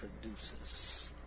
produces